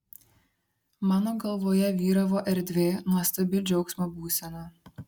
mano galvoje vyravo erdvė nuostabi džiaugsmo būsena